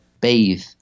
bathe